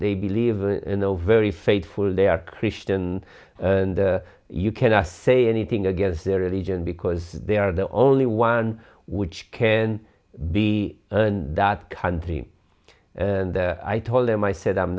they believe in the very faithful they are christian and you cannot say anything against their religion because they are the only one which can be in that country and i told them i said i'm